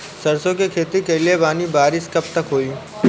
सरसों के खेती कईले बानी बारिश कब तक होई?